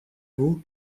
vous